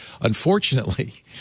Unfortunately